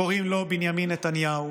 קוראים לו בנימין נתניהו.